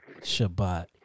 Shabbat